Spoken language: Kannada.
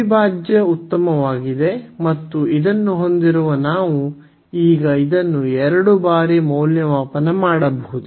ಅವಿಭಾಜ್ಯ ಉತ್ತಮವಾಗಿದೆ ಮತ್ತು ಇದನ್ನು ಹೊಂದಿರುವ ನಾವು ಈಗ ಇದನ್ನು 2 ಬಾರಿ ಮೌಲ್ಯಮಾಪನ ಮಾಡಬಹುದು